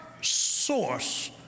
source